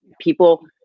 people